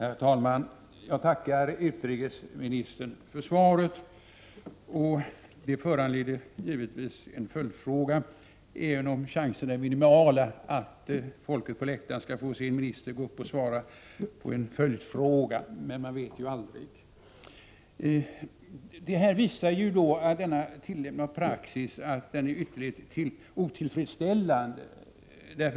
Herr talman! Jag tackar utrikesministern för svaret. Det föranleder givetvis en följdfråga, även om chanserna är minimala att folket på läktaren skall få se en minister svara på en följdfråga. Men man vet ju aldrig. Tillämpningen av praxis i detta sammanhang är ytterligt otillfredsställande.